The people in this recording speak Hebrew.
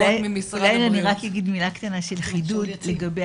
אולי אני רק אגיד מילה קטנה של חידוד לגבי